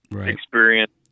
experience